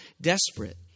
desperate